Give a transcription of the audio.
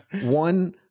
One